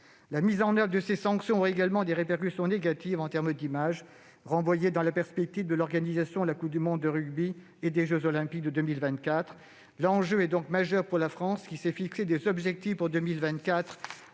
La mise en oeuvre de telles sanctions aurait également des répercussions négatives en termes d'image dans la perspective de l'organisation de la coupe du monde de rugby de 2023 et des jeux Olympiques de 2024. L'enjeu est donc majeur pour la France, qui, précisément, s'est fixé des objectifs pour 2024,